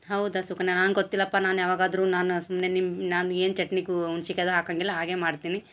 ಹೌದಾ ಸುಕನ್ಯ ನಂಗೆ ಗೊತ್ತಿಲಪ್ಪ ನಾನು ಯಾವಾಗಾದರು ನಾನು ಸುಮ್ನೆ ನಿಮ್ಮ ನಾನು ಏನು ಚಟ್ನಿಗು ಹುಣ್ಚಿಕಾಯಿ ಅದು ಹಾಕಂಗಿಲ್ಲ ಹಾಗೆ ಮಾಡ್ತೀನಿ